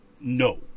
no